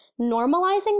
normalizing